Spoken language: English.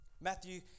Matthew